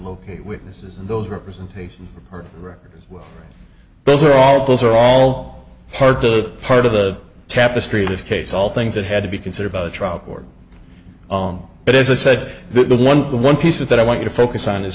locate witnesses and those representations are those are all those are all part of that part of the tapestry of this case all things that had to be considered by the trial court on but as i said the one the one piece of that i want you to focus on is